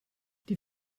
die